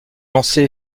lancée